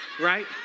Right